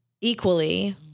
equally-